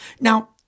Now